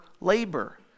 labor